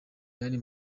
yandi